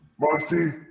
Marcy